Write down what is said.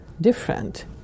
different